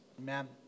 Amen